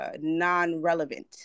non-relevant